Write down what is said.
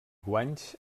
guanys